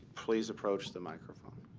please approach the microphone.